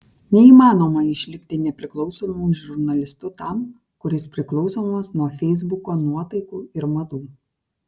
neįmanoma išlikti nepriklausomu žurnalistu tam kuris priklausomas nuo feisbuko nuotaikų ir madų